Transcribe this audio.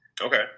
Okay